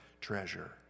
treasure